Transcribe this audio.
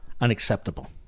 unacceptable